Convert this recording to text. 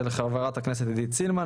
של חברת הכנסת עידית סילמן,